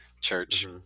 church